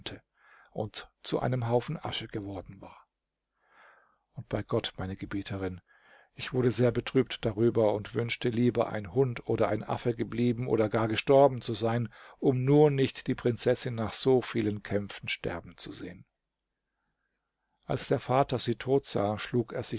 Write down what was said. und zu einem haufen asche geworden war und bei gott meine gebieterin ich wurde sehr betrübt darüber und wünschte lieber ein hund oder ein affe geblieben oder gar gestorben zu sein um nur nicht die prinzessin nach so vielen kämpfen sterben zu sehen als der vater sie tot sah schlug er